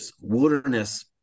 wilderness